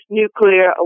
nuclear